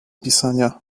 pisania